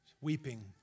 weeping